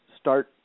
start